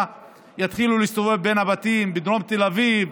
יתחילו להסתובב בין הבתים בדרום תל אביב,